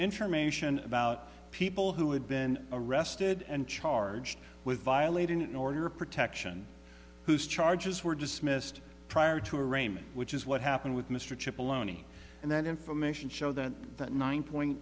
information about people who had been arrested and charged with violating an order of protection whose charges were dismissed prior to arraignment which is what happened with mr chip aloni and that information show that that